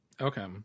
Okay